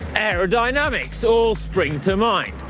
aerodynamics all spring to mind.